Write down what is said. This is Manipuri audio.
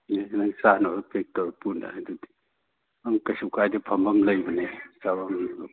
ꯆꯥꯅꯕ ꯄꯦꯛ ꯇꯧꯔꯒ ꯄꯨꯅꯔꯤꯗꯨꯗꯤ ꯑꯝ ꯀꯩꯁꯨ ꯀꯥꯏꯗꯦ ꯐꯝꯐꯝ ꯂꯩꯕꯅꯦ ꯆꯥꯐꯝ